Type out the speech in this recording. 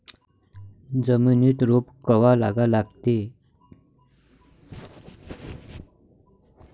जमिनीत रोप कवा लागा लागते?